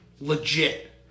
Legit